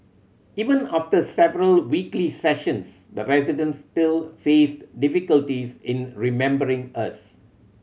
even after several weekly sessions the residents still faced difficulties in remembering us